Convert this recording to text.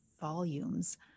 volumes